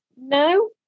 No